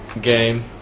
game